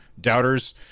doubters